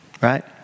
right